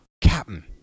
captain